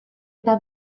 eta